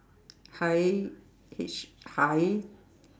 hai H hai